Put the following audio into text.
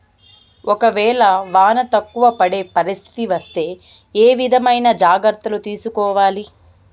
ఒక వేళ వాన తక్కువ పడే పరిస్థితి వస్తే ఏ విధమైన జాగ్రత్తలు తీసుకోవాలి?